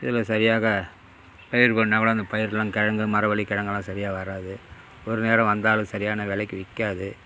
இதில் சரியாக பயிர் பண்ணுணாக்கூடோம் அந்த பயிர்லாம் கிழங்கு மரவள்ளிகிழங்கெல்லாம் சரியாக வராது ஒரு நேரம் வந்தாலும் சரியான விலைக்கு விற்காது